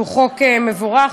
שהוא חוק מבורך,